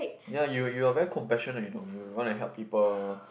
ya you're you're very compassion do you know you'll want to help people